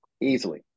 Easily